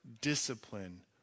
discipline